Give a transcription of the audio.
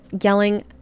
yelling